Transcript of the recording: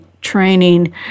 training